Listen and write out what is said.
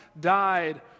died